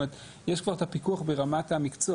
יש כבר את הפיקוח ברמת המקצוע.